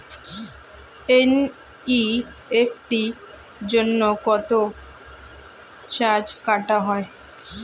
NEFT জন্য কত charge কাটা হয়?